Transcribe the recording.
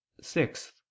Sixth